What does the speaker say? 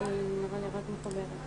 מאוד מתחברת